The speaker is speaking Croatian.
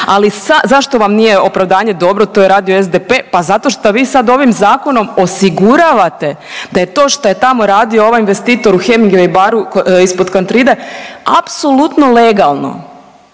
ali zašto vam nije opravdanje dobro, to je radio SDP, pa zato šta vi sad ovim Zakonom osiguravate da je to šta je tamo radio ovaj investitor u Hemingway baru ispod Kantride apsolutno legalno